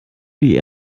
die